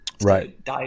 Right